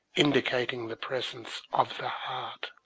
indicating the presence of the heart.